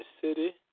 City